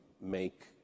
make